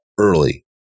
Early